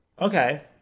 Okay